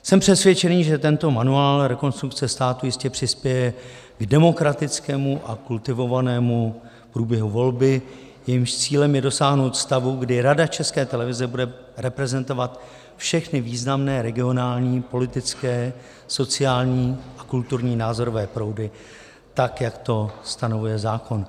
Jsem přesvědčený, že tento manuál Rekonstrukce státu jistě přispěje k demokratickému a kultivovanému průběhu volby, jejímž cílem je dosáhnout stavu, kdy Rada České televize bude reprezentovat všechny významné regionální, politické, sociální a kulturní názorové proudy, tak jak to stanovuje zákon.